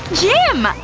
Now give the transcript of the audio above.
gym!